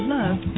love